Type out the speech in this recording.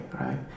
right